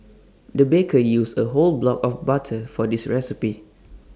the baker used A whole block of butter for this recipe